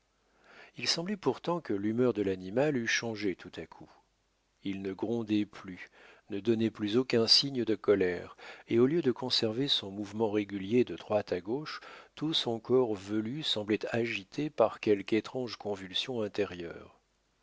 il semblait pourtant que l'humeur de l'animal eût changé tout à coup il ne grondait plus ne donnait plus aucun signe de colère et au lieu de conserver son mouvement régulier de droite à gauche tout son corps velu semblait agité par quelque étrange convulsion intérieure